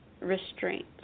restraint